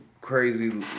crazy